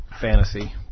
fantasy